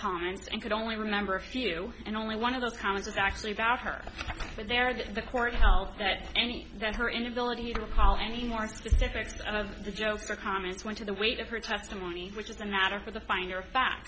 comments and could only remember a few and only one of those commas was actually about her there that the court held that any doubt her inability to recall any more specifics of the jokes or comments went to the weight of her testimony which is a matter for the finer fa